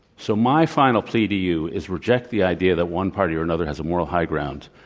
so, my final plea to you is reject the idea that one party or another has a moral high ground.